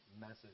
message